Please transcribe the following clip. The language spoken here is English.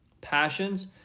passions